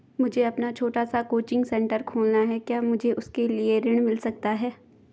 मुझे अपना छोटा सा कोचिंग सेंटर खोलना है क्या मुझे उसके लिए ऋण मिल सकता है?